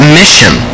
mission